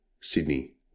Sydney